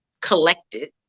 collected